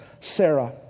Sarah